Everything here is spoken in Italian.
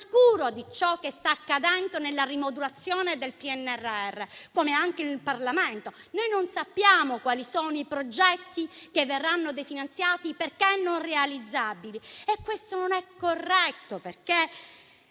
di ciò che sta accadendo nella rimodulazione del PNRR. Come all'oscuro è anche il Parlamento: noi non sappiamo quali sono i progetti che verranno definanziati perché non realizzabili. Questo non è corretto, perché